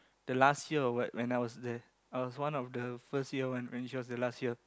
the last year or what when I was the I was one of the first year one then she was the last year